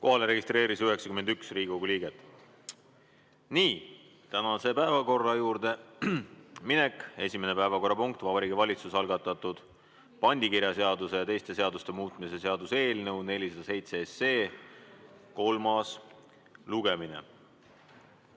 Kohalolijaks registreerus 91 Riigikogu liiget. Nii, tänase päevakorra juurde minek. Esimene päevakorrapunkt, Vabariigi Valitsuse algatatud pandikirjaseaduse ja teiste seaduste muutmise seaduse eelnõu 407 kolmas lugemine.